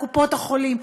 קופות-החולים,